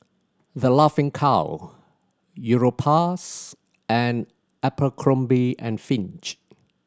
The Laughing Cow Europace and Abercrombie and Fitch